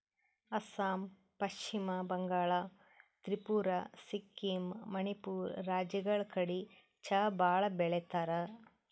ಅಸ್ಸಾಂ, ಪಶ್ಚಿಮ ಬಂಗಾಳ್, ತ್ರಿಪುರಾ, ಸಿಕ್ಕಿಂ, ಮಣಿಪುರ್ ರಾಜ್ಯಗಳ್ ಕಡಿ ಚಾ ಭಾಳ್ ಬೆಳಿತಾರ್